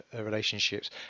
relationships